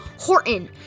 Horton